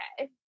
okay